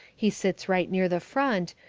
he sits right near the front,